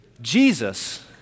Jesus